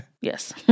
Yes